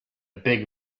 big